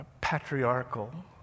patriarchal